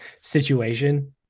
situation